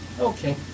Okay